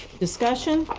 discussion?